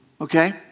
okay